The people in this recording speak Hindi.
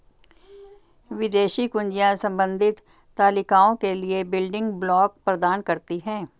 विदेशी कुंजियाँ संबंधित तालिकाओं के लिए बिल्डिंग ब्लॉक प्रदान करती हैं